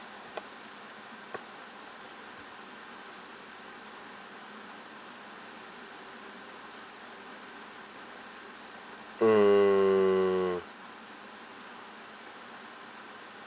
mm